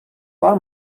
var